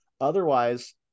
Otherwise